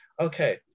Okay